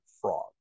frog